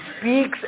speaks